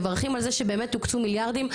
מברכים על זה שבאמת הוקצו מיליארדים,